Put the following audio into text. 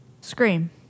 Scream